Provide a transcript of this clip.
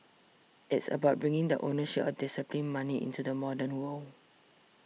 it's about bringing the ownership disciplined money into the modern world